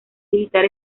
militar